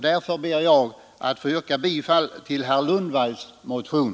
Därför ber jag att få yrka bifall till herr Lundbergs motion.